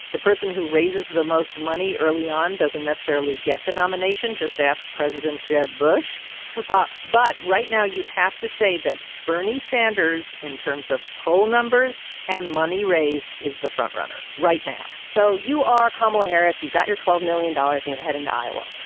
the person who raises the most money early on doesn't necessarily get the nomination. just ask president jeb bush ah but right now you'd have to say that bernie sanders, in terms of poll numbers and money raised, is the frontrunner right now so you are kamala harris. you've got your twelve million dollars, and you're heading to iowa.